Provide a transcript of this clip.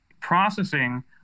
processing